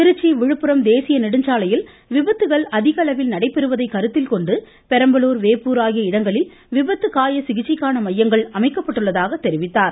திருச்சி விழுப்புரம் தேசிய நெடுஞ்சாலையில் விபத்துகள் அதிக அளவில் நடைபெறுவதை கருத்தில்கொண்டு பெரம்பலூர் வேப்பூர் ஆகிய இடங்களில் விபத்து காய சிகிச்சைக்கான மையங்கள் அமைக்கப்பட்டுள்ளதாக தெரிவித்தார்